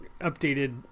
updated